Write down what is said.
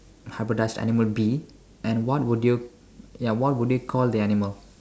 hybridised animal be and what would you ya what would you call the animal